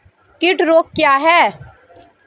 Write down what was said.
कीट रोग क्या है?